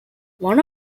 one